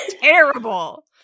terrible